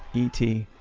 e t.